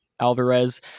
Alvarez